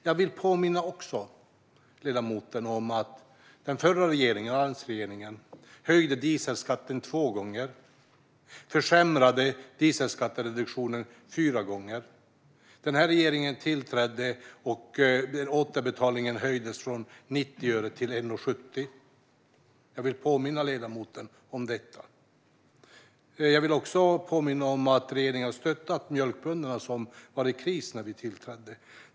Jag vill också påminna ledamoten att den förra regeringen, alliansregeringen, höjde dieselskatten två gånger och försämrade dieselskattereduktionen fyra gånger. När den här regeringen tillträdde höjdes återbetalningen från 90 öre till 1,70. Jag vill påminna ledamoten om detta. Jag vill också påminna om att regeringen har stöttat mjölkbönderna, som var i kris när vi tillträdde.